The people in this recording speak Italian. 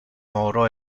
oro